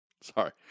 Sorry